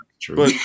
True